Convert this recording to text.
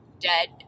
dead